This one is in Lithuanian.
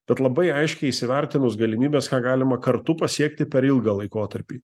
bet labai aiškiai įsivertinus galimybes ką galima kartu pasiekti per ilgą laikotarpį